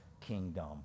kingdom